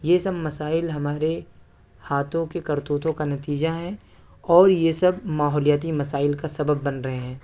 یہ سب مسائل ہمارے ہاتھوں کے کرتوتوں کا نتیجہ ہیں اور یہ سب ماحولیاتی مسائل کا سبب بن رہے ہیں